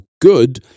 good